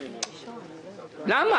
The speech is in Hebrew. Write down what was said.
למה?